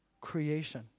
creation